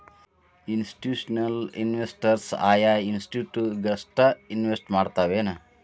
Institutional investors ಆಯಾ institute ಗಷ್ಟ invest ಮಾಡ್ತಾವೆನ್?